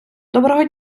доброго